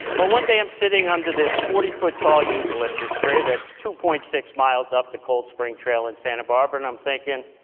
but one day, i'm sitting under this forty foot tall eucalyptus tree that's two point six miles up the cold spring trail in santa barbara, and i'm thinking,